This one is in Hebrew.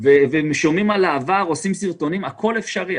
שבמהלכן הם שומעים על העבר ועושים סרטונים - הכול אפשרי.